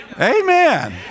Amen